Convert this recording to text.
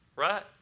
Right